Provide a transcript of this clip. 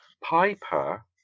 Piper